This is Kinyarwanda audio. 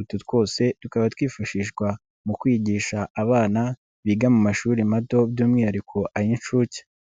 Utu twose tukaba twifashishwa mu kwigisha abana biga mu mashuri mato by'umwihariko ay'inshuke.